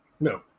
No